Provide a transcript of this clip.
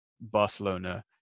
Barcelona